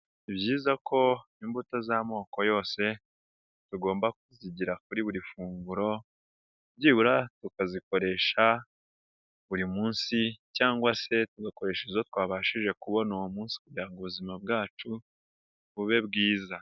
Ni byiza ko imbuto z'amoko yose tugomba kuzigira kuri buri funguro, byibura tukazikoresha buri munsi cyangwa se tugakoresha izo twabashije kubona uwo munsi kugira ubuzima bwacu bube bwiza.